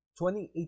2018